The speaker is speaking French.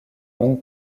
hong